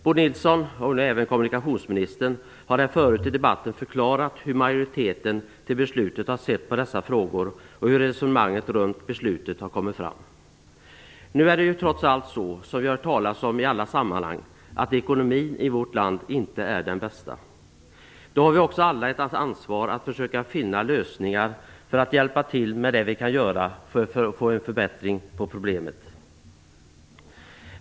Bo Nilsson och även kommunikationsministern har förut i debatten förklarat hur majoriteten har sett på dessa frågor och hur resonemanget har varit. Nu är det trots allt så, som vi har hört talas om i andra sammanhang, att ekonomin i vårt land inte är den bästa. Då har vi alla ett ansvar att försöka finna lösningar och hjälpa till med att få en förbättring till stånd.